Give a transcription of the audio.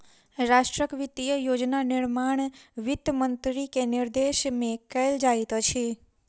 राष्ट्रक वित्तीय योजना निर्माण वित्त मंत्री के निर्देशन में कयल जाइत अछि